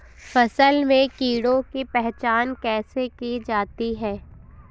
फसल में कीड़ों की पहचान कैसे की जाती है?